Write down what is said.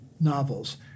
novels